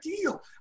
deal